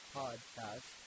podcast